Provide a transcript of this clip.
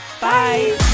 bye